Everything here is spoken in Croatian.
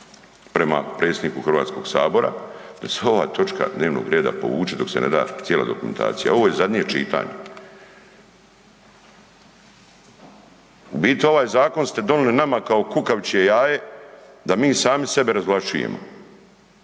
prema predsjedniku HS-a da se ova točka dnevnog reda povuče dok se ne da cijela dokumentacija. Ovo je zadnje čitanje. U biti, ovaj zakon ste donijeli nama kao kukavičje jaje da mi sami sebe razvlašćujemo.